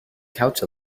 couch